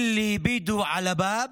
(אומר בערבית: